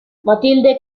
matilde